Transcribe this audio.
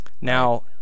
Now